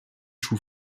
chou